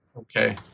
Okay